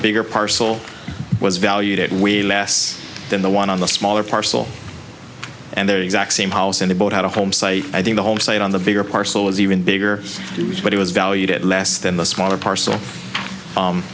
bigger parcel was valued at way less than the one on the smaller parcel and their exact same house and a boat had a home say i think the home side on the bigger parcel is even bigger but it was valued at less than the smaller parcel